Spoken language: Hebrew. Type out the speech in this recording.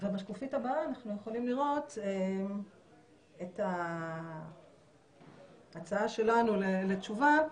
ובשקופית הבאה אנחנו יכולים לראות את ההצעה שלנו לתשובות.